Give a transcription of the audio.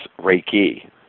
Reiki